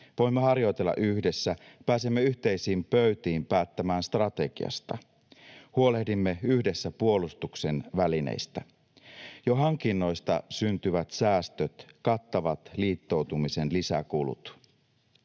voimme harjoitella yhdessä, pääsemme yhteisiin pöytiin päättämään strategiasta, huolehdimme yhdessä puolustuksen välineistä. Jo hankinnoista syntyvät säästöt kattavat liittoutumisen lisäkulut.